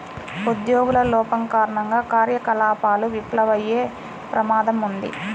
ఉద్యోగుల లోపం కారణంగా కార్యకలాపాలు విఫలమయ్యే ప్రమాదం ఉంది